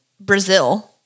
Brazil